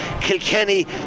Kilkenny